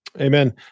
Amen